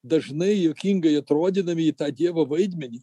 dažnai juokingai atrodydami į tą dievo vaidmenį